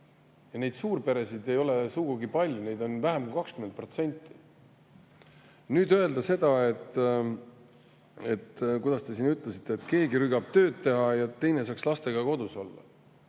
Neid suurperesid ei ole sugugi palju, neid on vähem kui 20%. Kui öelda seda – kuidas te ütlesitegi? –, et keegi rügab tööd teha, et teine saaks lastega kodus olla,